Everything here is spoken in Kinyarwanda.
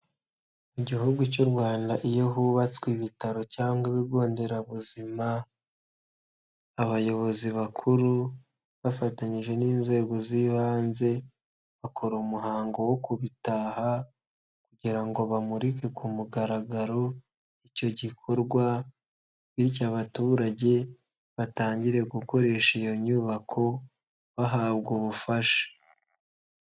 Mu gihugu cy'u Rwanda iyo hubatswe ibitaro cyangwa ibigo nderabuzima; abayobozi bakuru bafatanyije n'inzego z'ibanze bakora umuhango wo kubitaha; kugira ngo bamurike ku mugaragaro, icyo gikorwa bityo abaturage batangire gukoresha iyo nyubako bahabwe ubufasha.